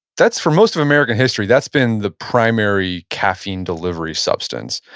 that's, for most of american history, that's been the primary caffeine delivery substance.